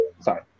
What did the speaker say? Sorry